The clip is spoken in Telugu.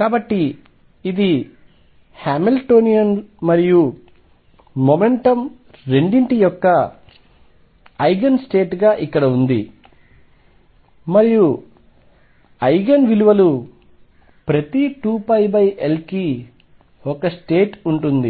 కాబట్టి ఇది హామిల్టోనియన్ మరియు మొమెంటం రెండింటి యొక్క ఐగెన్ స్టేట్గా ఇక్కడ ఉంది మరియు ఐగెన్ విలువలు ప్రతి 2πL కి ఒక స్టేట్ ఉంటుంది